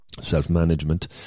self-management